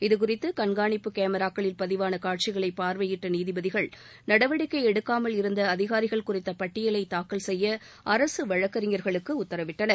இதுகுறித்து கண்காணிப்பு கேமராக்களில் பதிவான காட்சிகளை பார்வையிட்ட நீதிபதிகள் நடவடிக்கை எடுக்காமல் இருந்த அதிகாரிகள் குறித்த பட்டியலை தாக்கல் செய்ய அரசு வழக்கறிஞர்களுக்கு உத்தரவிட்டனர்